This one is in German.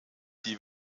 die